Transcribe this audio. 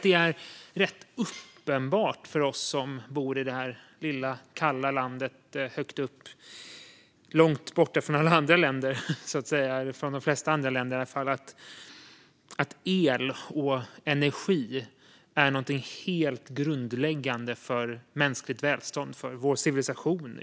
Det är rätt uppenbart för oss som bor i det här lilla, kalla landet högt upp, långt borta från alla andra länder, eller de flesta andra länder i alla fall, att el och energi är någonting helt grundläggande för mänskligt välstånd - ytterst för vår civilisation.